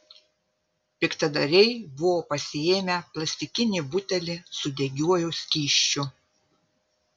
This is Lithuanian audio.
piktadariai buvo pasiėmę plastikinį butelį su degiuoju skysčiu